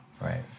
Right